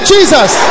Jesus